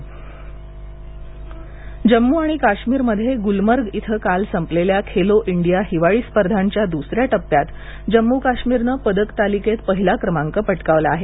Khelo India हिवाळी जम्मू आणि काश्मीरमध्ये गुलमर्ग इथं काल संपलेल्या खेलो इंडिया हिवाळी स्पर्धांच्या दुसऱ्या टप्प्यात जम्मू काश्मीरनं पदक तालिकेत पहिला क्रमांक पटकावला आहे